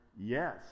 Yes